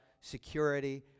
security